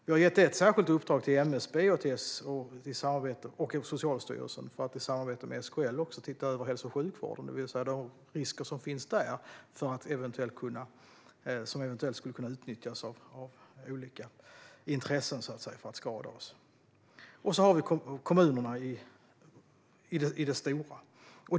Vi har gett ett särskilt uppdrag till MSB och Socialstyrelsen att i samarbete med SKL se över hälso och sjukvården, det vill säga de risker som finns där och som eventuellt skulle kunna utnyttjas av olika intressen för att skada oss. Sedan har vi också kommunerna i det stora.